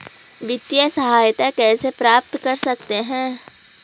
वित्तिय सहायता कैसे प्राप्त कर सकते हैं?